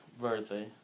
birthday